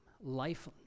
life